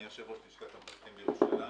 אני יושב-ראש לשכת המתווכים בירושלים